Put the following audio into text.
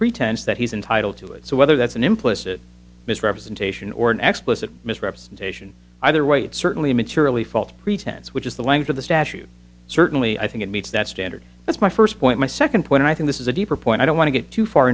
pretense that he's entitled to it so whether that's an implicit misrepresentation or an expletive misrepresentation either way it's certainly materially false pretense which is the length of the statute certainly i think it meets that standard that's my first point my second point i think this is a deeper point i don't want to get too far